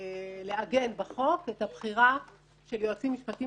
לעגן בחוק את הבחירה של יועצים משפטיים